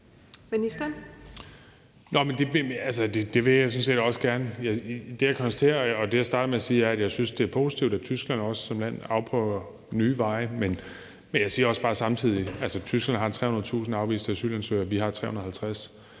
jeg sådan set også gerne. Det, jeg kan konstatere, og det, jeg startede med at sige, er, at jeg synes, det er positivt, at Tyskland som land afprøver nye veje, men jeg siger bare samtidig, at Tyskland har 300.000 afviste asylansøgere, og vi har 350. Det er